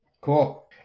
Cool